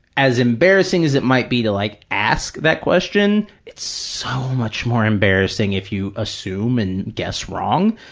as embarrassing as it might be to like ask that question, it's so much more embarrassing if you assume and guess wrong,